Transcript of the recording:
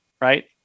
right